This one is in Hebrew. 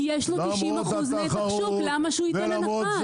כי יש לו 90% נתח שוק, למה שהוא ייתן הנחה?